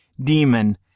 demon